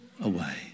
away